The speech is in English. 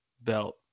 belt